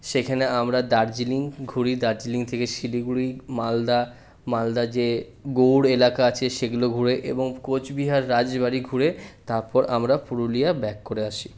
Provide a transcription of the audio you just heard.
সেখানে আমরা দার্জিলিং ঘুরি দার্জিলিং থেকে শিলিগুড়ি মালদা মালদা যে গৌড় এলাকা আছে সেগুলো ঘুরে এবং কোচবিহার রাজবাড়ি ঘুরে তারপর আমরা পুরুলিয়া ব্যাক করে আসি